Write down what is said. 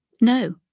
No